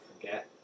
forget